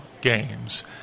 games